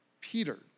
Peter